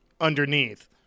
underneath